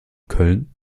köln